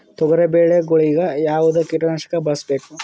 ತೊಗರಿಬೇಳೆ ಗೊಳಿಗ ಯಾವದ ಕೀಟನಾಶಕ ಬಳಸಬೇಕು?